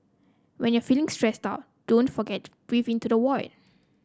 when you are feeling stressed out don't forget to breathe into the void